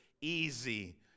easy